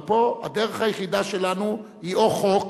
אבל פה הדרך היחידה שלנו היא או חוק,